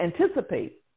anticipate